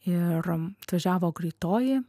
ir atvažiavo greitoji